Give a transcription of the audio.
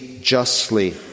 justly